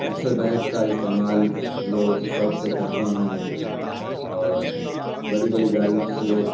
اچھے بائک کا استعمال لوگ شوک سے کرتے ہیں اور بڑی بڑی گاڑیوں سے